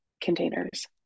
containers